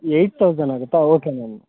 eight thousand ಆಗುತ್ತಾ okay ma'am